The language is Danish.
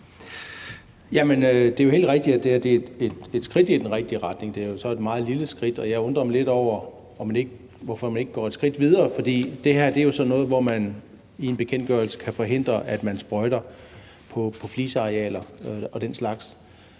det er jo helt rigtigt, at det her er et skridt i den rigtige retning, men det er jo så et meget lille skridt. Jeg undrer mig lidt over, hvorfor man ikke går et skridt videre, for det her er så noget, hvor man i en bekendtgørelse kan forhindre, at man sprøjter på flisearealer og den slags.